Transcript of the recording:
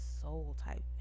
soul-type